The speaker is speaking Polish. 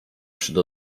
przed